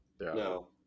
No